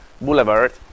Boulevard